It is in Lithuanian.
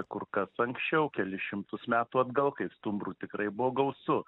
kur kas anksčiau kelis šimtus metų atgal kai stumbrų tikrai buvo gausu